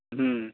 ہوں